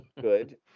good